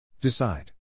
Decide